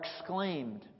exclaimed